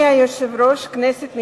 היושב-ראש, כנסת נכבדה,